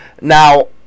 Now